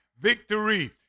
Victory